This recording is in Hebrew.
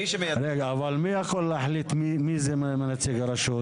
מי שמייצג --- אבל מי יכול להחליט מי זה נציג הרשות?